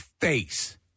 face